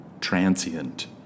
transient